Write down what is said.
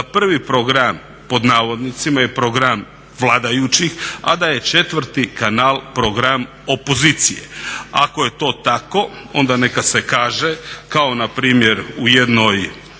da 1. program pod navodnicima je program "vladajućih", a da je 4. kanal program "opozicije". Ako je to tako onda neka se kaže kao npr. u jednoj